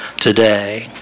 today